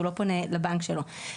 הוא לא פונה לבנק שלו.